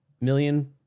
million